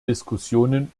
diskussionen